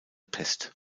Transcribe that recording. pest